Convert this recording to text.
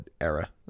era